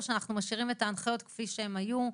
או שאנחנו משאירים את ההנחיות כפי שהן היו,